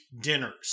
dinners